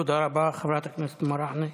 תודה רבה, חברת הכנסת מראענה.